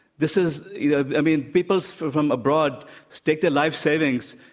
this is you know, i mean, people from abroad stake their life savings,